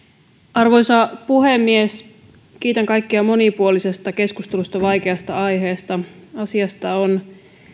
arvoisa puhemies kiitän kaikkia monipuolisesta keskustelusta vaikeasta aiheesta asiasta on